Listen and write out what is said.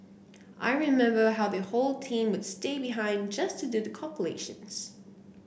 I remember how the whole team would stay behind just to do the calculations